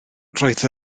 roedd